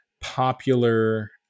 popular